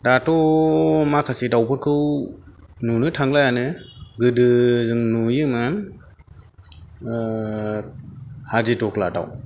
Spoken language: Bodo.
दाथ' माखासे दाउफोरखौ नुनो थांलायानो गोदो जों नुयोमोन हादिदग्ला दाउ